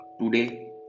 Today